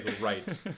right